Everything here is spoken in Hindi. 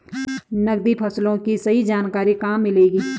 नकदी फसलों की सही जानकारी कहाँ मिलेगी?